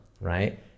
right